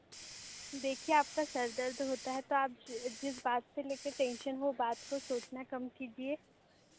देखिए आपका सर दर्द होता है तो आप जिस बात से लेकर टेंशन हो बात को सोचना कम कीजिए